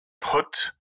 put